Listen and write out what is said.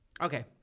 Okay